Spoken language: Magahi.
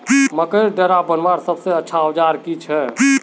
मकईर डेरा बनवार सबसे अच्छा औजार की छे?